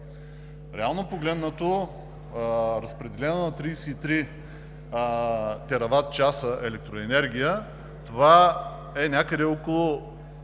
Реално погледнато, разпределено на 33 тераватчаса електроенергия, това са някъде между